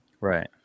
Right